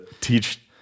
teach